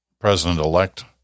president-elect